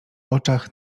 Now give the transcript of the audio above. oczach